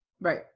Right